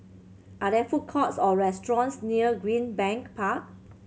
are there food courts or restaurants near Greenbank Park